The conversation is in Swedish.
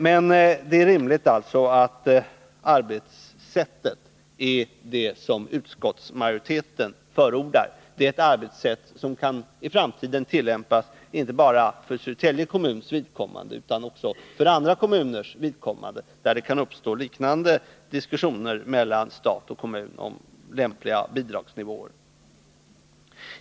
Men det är alltså rimligt att arbetssättet är det som utskottsmajoriteten förordar. Det är ett arbetssätt som i framtiden kan tillämpas inte bara för Södertälje kommuns vidkommande utan också för andra kommuners vidkommande, när det kan uppstå liknande diskussioner mellan stat och kommun om lämpliga bidragsnivåer.